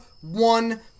one